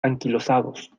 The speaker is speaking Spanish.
anquilosados